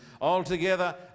Altogether